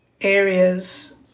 areas